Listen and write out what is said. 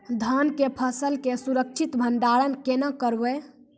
धान के फसल के सुरक्षित भंडारण केना करबै?